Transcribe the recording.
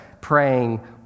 praying